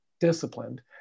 disciplined